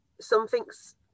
something's